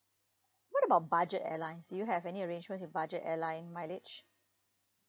what about budget airlines do you have any arrangements with budget airline mileage